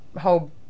whole